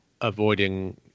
avoiding